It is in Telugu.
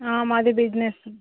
మాది బిజినెస్